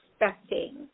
expecting